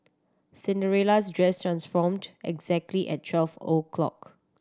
Cinderella's dress transformed exactly at twelve o'clock